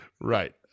Right